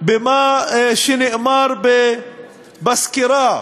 במה שנאמר בסקירה